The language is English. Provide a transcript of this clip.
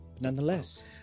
Nonetheless